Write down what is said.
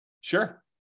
sure